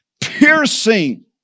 piercing